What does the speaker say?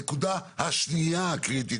הנקודה השנייה הקריטית